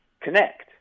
connect